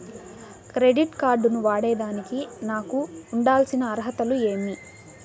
Credit card ను వాడేదానికి నాకు ఉండాల్సిన అర్హతలు ఏమి?